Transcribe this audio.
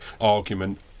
argument